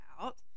out